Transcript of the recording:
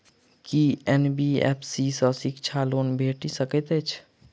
की NBFC सँ शिक्षा loan भेटि सकैत अछि?